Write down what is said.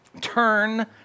Turn